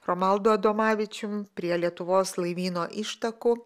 romaldu adomavičium prie lietuvos laivyno ištakų